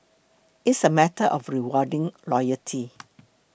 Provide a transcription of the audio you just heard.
it's a matter of rewarding loyalty